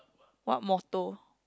what motto